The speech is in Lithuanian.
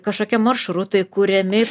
kažkokie maršrutai kuriami